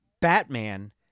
Batman